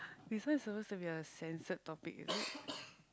this one is supposed to be a censored topic is it